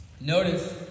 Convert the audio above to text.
Notice